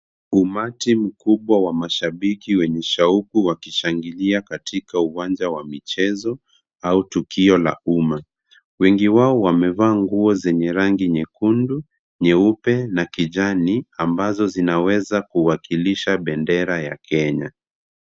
Umati mkubwa wa mashabiki wenye shauku wakishangilia katika uwanja wa michezo au tukio la umma. Wengi wao wamevaa nguo zenye rangi nyekundu, nyeupe na kijani ambazo zinaweza kuwakilisha bendera ya Kenya.